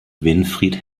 winfried